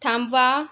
थांबवा